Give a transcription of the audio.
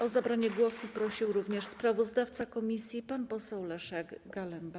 O zabranie głosu prosił sprawozdawca komisji pan poseł Leszek Galemba.